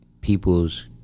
people's